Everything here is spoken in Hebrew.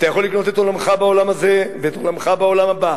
אתה יכול לקנות את עולמך בעולם הזה ואת עולמך בעולם הבא,